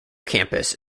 campus